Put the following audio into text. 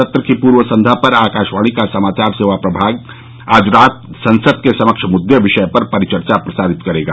सत्र की पूर्व संध्या पर आकाशवाणी का समाचार सेवा प्रभाग आज रात संसद के सम्क्ष मृद्रे विषय पर परिचर्चा प्रसारित करेगा